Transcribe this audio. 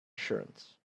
assurance